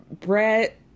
Brett